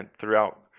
throughout